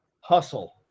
hustle